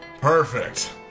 perfect